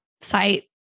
site